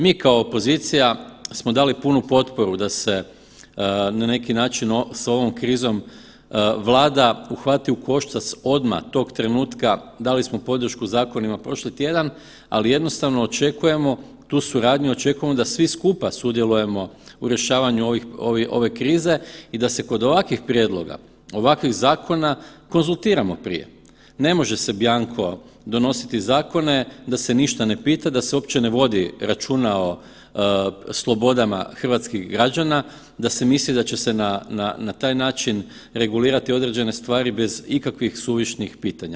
Mi kao opozicija smo dali punu potporu da se na neki način s ovom krizom Vlada uhvati u koštac odmah tog trenutka, dali smo podršku zakonima prošli tjedan, ali jednostavno očekujemo tu suradnju, očekujemo da svi skupa sudjelujemo u rješavanju ove krize i da se kod ovakvih prijedloga, ovakvih zakona, konzultiramo prije, ne može se bjanko donositi zakone da se ništa ne pita, da se uopće ne vodi računa o slobodama hrvatskih građana, da se misli da će se na, na, na taj način regulirati određene stvari bez ikakvih suvišnih pitanja.